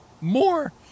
more